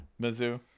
mizzou